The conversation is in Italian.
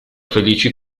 felici